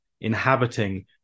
inhabiting